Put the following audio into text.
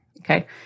Okay